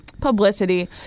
publicity